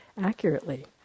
accurately